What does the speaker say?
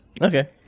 Okay